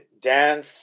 Dan